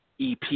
EP